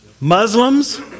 Muslims